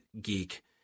geek